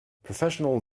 professional